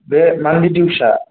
बे मान्थलि दिउसा